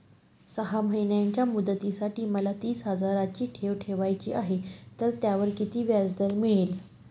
सहा महिन्यांच्या मुदतीसाठी मला तीस हजाराची ठेव ठेवायची आहे, तर त्यावर किती व्याजदर मिळेल?